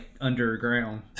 underground